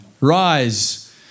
Rise